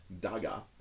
Daga